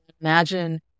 imagine